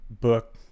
book